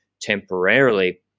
temporarily